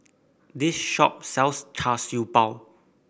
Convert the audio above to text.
this shop sells Char Siew Bao